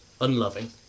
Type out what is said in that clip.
unloving